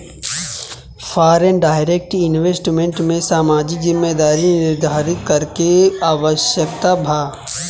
foreign direct investment में सामाजिक जिम्मेदारी निरधारित करे के आवस्यकता बा